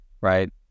right